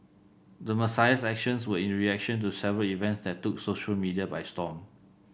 the Messiah's actions were in reaction to several events that took social media by storm